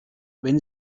wenn